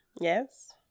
Yes